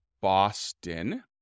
Boston